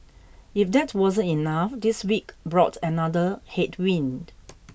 if that wasn't enough this week brought another headwind